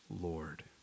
Lord